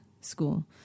school